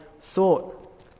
thought